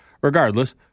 Regardless